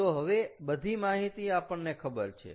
તો હવે બધી માહિતી આપણને ખબર છે